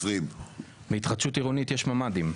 להתחדשות עירונית יש ממ"דים.